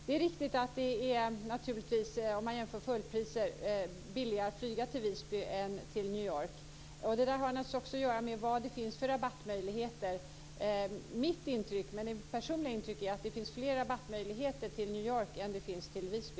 Det är riktigt att det naturligtvis om man jämför fullpriser är billigare att flyga till Visby än till New York. Det har naturligtvis också att göra med vad det finns för rabattmöjligheter. Mitt intryck, mitt personliga intryck, är att det finns flera rabattmöjligheter till New York än det finns till Visby.